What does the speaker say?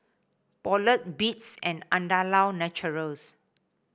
Poulet Beats and Andalou Naturals